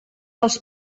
als